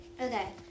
okay